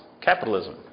capitalism